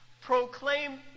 Proclaim